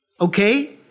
Okay